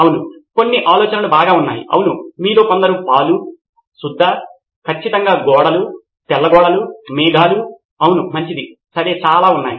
అవును కొన్ని ఆలోచనలు బాగా ఉన్నాయి అవును మీలో కొందరు పాలు సుద్ద ఖచ్చితంగా గోడలు తెల్ల గోడలు మేఘాలు అవును మంచిది సరే చాలా ఉన్నాయి